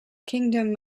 kingdom